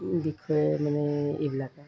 বিষয়ে মানে এইবিলাকেই